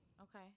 Okay